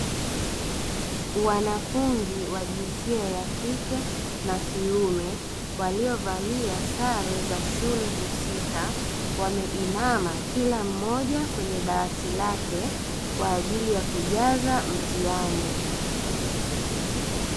Wanafunzi wa jinsia ya kike na kiume waliovalia sare za shule husika wameinama, kila mmoja kwenye dawati lake kwa ajili ya kujaza mtihani.